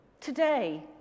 today